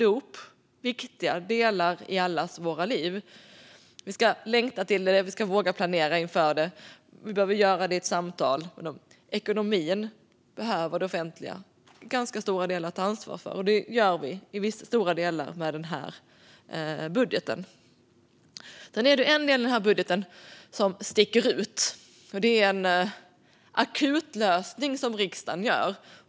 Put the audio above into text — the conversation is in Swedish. Det är viktiga delar i allas våra liv. Vi ska längta till det och våga planera inför det. Vi behöver göra det i ett samtal. Ekonomin behöver det offentliga till ganska stora delar ta ansvar för. Det gör vi i viss mån med den här budgeten. Det är en del i budgeten som sticker ut. Det är en akutlösning som riksdagen gör.